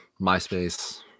MySpace